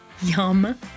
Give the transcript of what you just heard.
Yum